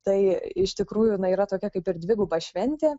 tai iš tikrųjų na yra tokia kaip ir dviguba šventė